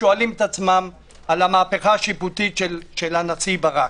שואלים את עצמם על המהפכה השיפוטית של הנשיא ברק.